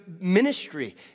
ministry